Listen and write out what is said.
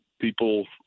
people